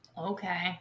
Okay